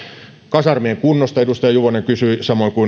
kasarmien kunnosta edustaja juvonen kysyi